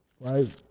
right